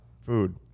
food